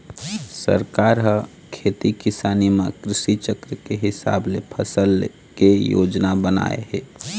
सरकार ह खेती किसानी म कृषि चक्र के हिसाब ले फसल ले के योजना बनाए हे